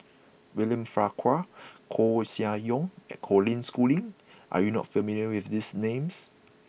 William Farquhar Koeh Sia Yong and Colin Schooling are you not familiar with these names